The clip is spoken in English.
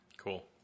cool